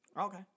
Okay